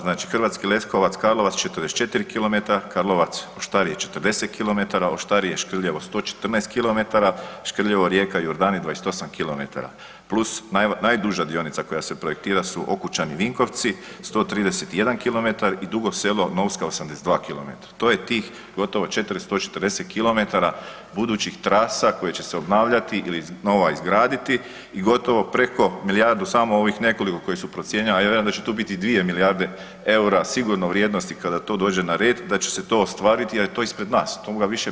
Znači Hrvatski Leskovac-Karlovac 44 km, Karlovac-Oštarije 40 km, Oštarije-Škrljevo 114 km, Škrljevo-Rijeka-Jurdani 28 km plus najduža dionica koja se projektira su Okučani-Vinkovci 131 km i Dugo Selo-Novska 82 km, to je tih gotovo 440 km budućih trasa koje će se obnavljati ili nova izgraditi i gotovo preko milijardu samo ovih nekoliko koje su procijenjene, a ja vjerujem da će tu biti i 2 milijarde eura sigurno vrijednosti kada to dođe na red da će se to ostvariti i da je to ispred nas od toga više bježati mi ne možemo.